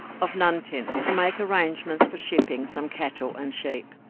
of nuntin, to make arrangements for shipping some cattle and sheep.